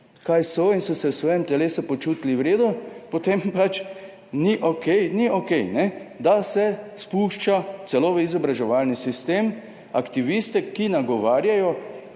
kaj so, in so se v svojem telesu počutili v redu, potem pač ni okej, da se spušča celo v izobraževalni sistem aktiviste, ki nagovarjajo,